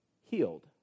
healed